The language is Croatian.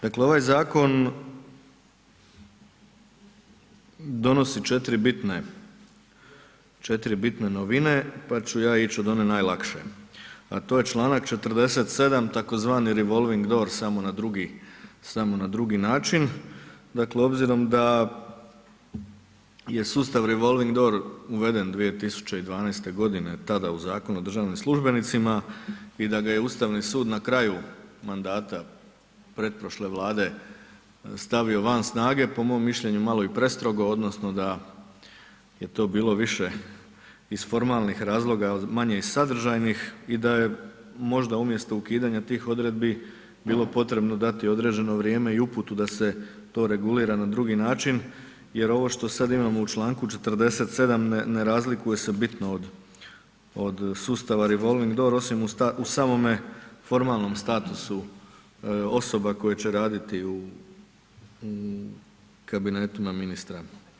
Dakle, ovaj zakon donosi 4 bitne, 4 bitne novine, pa ću ja ić od one najlakše, a to je čl. 47. tzv. Revolving Doors, samo na drugi, samo na drugi način, dakle, obzirom da je sustav Revolving Door uveden 2012.g. tada u Zakonu o državnim službenicima i da ga je Ustavni sud na kraju mandata pretprošle Vlade stavio van snage, po mom mišljenju malo i prestrogo odnosno da je to bilo više iz formalnih razloga, manje iz sadržajnih i da je možda umjesto ukidanja tih odredbi bilo potrebno dati određeno vrijeme i uputu da se to regulira na drugi način jer ovo što sad imamo u čl. 47. ne razlikuje se bitno od, od sustava Revolving Door osim u samome formalnom statusu osoba koje će raditi u kabinetima ministra.